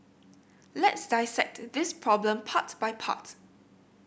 let's dissect this problem part by part